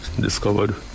discovered